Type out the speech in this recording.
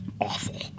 awful